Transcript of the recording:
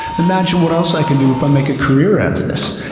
imagine what else i can do if i make a career out of this?